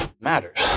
matters